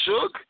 Shook